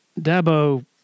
Dabo